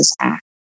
Act